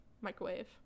microwave